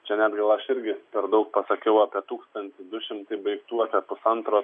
čia net aš irgi per daug pasakiau apie tūkstantį du šimtai baiktų apie pusantro